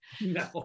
No